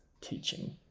teaching